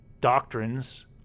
doctrines